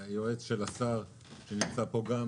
שהוא יועץ השר ונמצא פה גם,